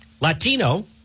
Latino